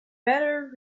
better